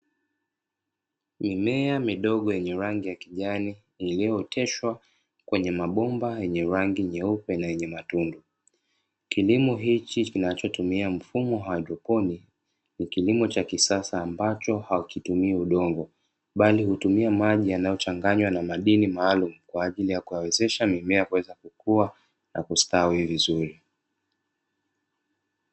Mimea midogo yenye rangi ya kijani iliyoteshwa kwenye mabomba yenye rangi nyeupe yenye matunda kilimo hichi kinachotumia mfumo haidroponi. Ni kilimo cha kisasa ambacho haukitumii udongo bali hutumia maji yanayochanganywa na madini maalum kwa ajili ya kuwawezesha mimea kuweza kukua na kustawi vizuri